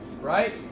Right